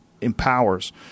empowers